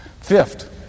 Fifth